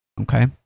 Okay